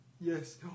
Yes